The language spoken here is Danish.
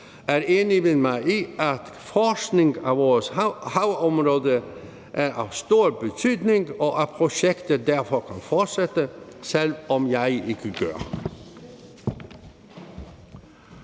er enig med mig i, at forskning i vores havområde er af stor betydning, og at projektet derfor kan fortsætte, selv om jeg ikke gør.